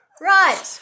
Right